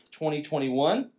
2021